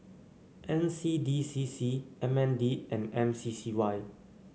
N C D C C M N D and M C C Y